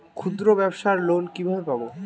ক্ষুদ্রব্যাবসার লোন কিভাবে পাব?